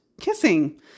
Kissing